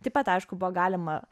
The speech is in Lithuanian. taip pat aišku buvo galima